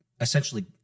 essentially